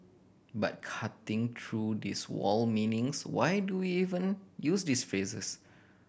but cutting through this wall meanings why do even use this phrases